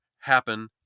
happen